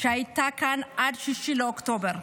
שהייתה כאן עד 6 באוקטובר.